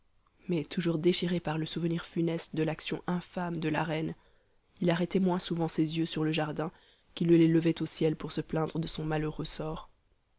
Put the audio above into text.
mais toujours déchiré par le souvenir funeste de l'action infâme de la reine il arrêtait moins souvent ses yeux sur le jardin qu'il ne les levait au ciel pour se plaindre de son malheureux sort